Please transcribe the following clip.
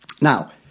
Now